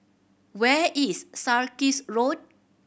where is Sarkies Road